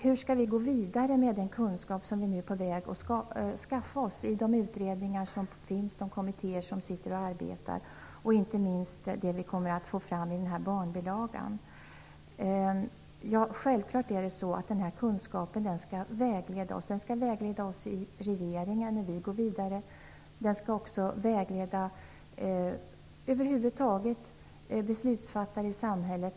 Hur skall vi gå vidare med den kunskap som vi är på väg att skaffa oss i de utredningar som finns och i de kommittéer som arbetar och inte minst i det som vi kommer att få fram i barnbilagan? Självfallet skall kunskapen vägleda oss i regeringen när vi går vidare. Den skall också över huvud taget vägleda beslutsfattare i samhället.